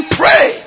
pray